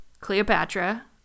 Cleopatra